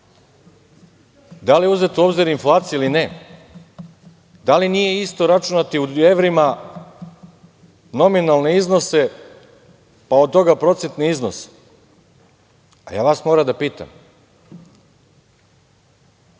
da li je uzeta u obzir inflacija ili ne, da li nije isto računati u evrima nominalne iznose, pa od toga procentni iznos? Ja vas moram da pitam